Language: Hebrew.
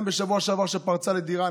גם בשבוע שעבר כשפרצה לדירה,